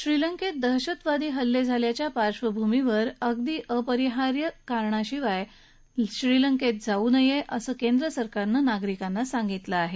श्रीलंकेत दहशतवादी हल्ले झाल्याच्या पार्श्वभूमीवर अगदी अपरिहार्य कारणाशिवाय श्रीलंकेत जाऊ नये असं केंद्र सरकारनं नागरिकांना सांगितलं आहे